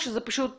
או שפשוט